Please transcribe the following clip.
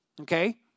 Okay